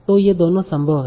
तो ये दोनों संभव हैं